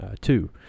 Two